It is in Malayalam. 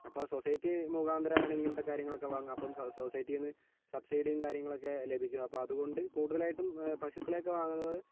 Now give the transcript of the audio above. അപ്പോൾ സൊസൈറ്റി മുഖാന്തരം ആണ് ഇങ്ങനത്തെ കാര്യങ്ങളൊക്കെ വാങ്ങുക അപ്പം സൊസൈറ്റിയിൽ നിന്ന് സബ്സിഡിയും കാര്യങ്ങളൊക്കെ ലഭിക്കും അത് കൊണ്ട് കൂടുതലായിട്ടും പശുക്കളെ ഒക്കെ വാങ്ങുന്നത്